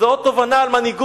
וזאת עוד תובנה על מנהיגות.